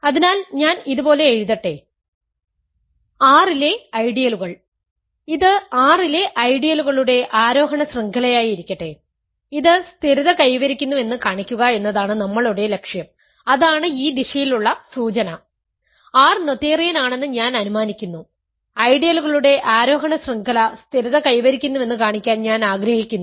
അതിനാൽ ഞാൻ ഇതുപോലെ എഴുതട്ടെ R ലെ ഐഡിയലുകൾ ഇത് R ലെ ഐഡിയലുകളുടെ ആരോഹണ ശൃംഖലയായിരിക്കട്ടെ ഇത് സ്ഥിരത കൈവരിക്കുന്നുവെന്ന് കാണിക്കുക എന്നതാണ് നമ്മളുടെ ലക്ഷ്യം അതാണ് ഈ ദിശയിലുള്ള സൂചന R നോതേറിയൻ ആണെന്ന് ഞാൻ അനുമാനിക്കുന്നു ഐഡിയലുകളുടെ ആരോഹണ ശൃംഖല സ്ഥിരത കൈവരിക്കുന്നുവെന്ന് കാണിക്കാൻ ഞാൻ ആഗ്രഹിക്കുന്നു